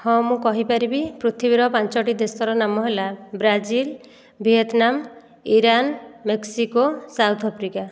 ହଁ ମୁଁ କହିପାରିବି ପୃଥିବୀର ପାଞ୍ଚୋଟି ଦେଶର ନାମ ହେଲା Brazil Vietnam Iran Mexico South Africa